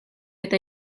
eta